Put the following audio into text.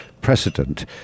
precedent